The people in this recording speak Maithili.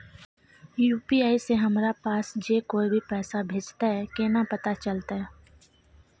यु.पी.आई से हमरा पास जे कोय भी पैसा भेजतय केना पता चलते?